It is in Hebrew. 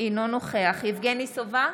אינו נוכח יבגני סובה,